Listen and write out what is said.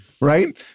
Right